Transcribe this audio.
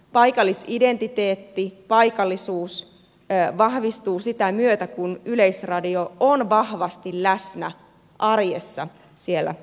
paikallisidentiteetti paikallisuus vahvistuu sitä myötä kun yleisradio on vahvasti läsnä arjessa siellä alueilla